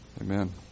Amen